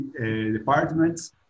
departments